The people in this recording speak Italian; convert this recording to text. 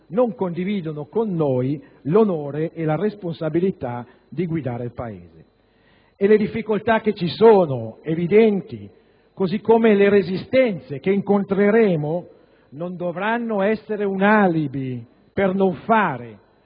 non condividono con noi l'onore e la responsabilità di guidare il Paese. Le difficoltà che ci sono, evidenti, così come le resistenze che incontreremo non dovranno essere un alibi per non fare,